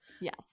Yes